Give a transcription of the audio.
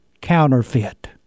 counterfeit